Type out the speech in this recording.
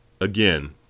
again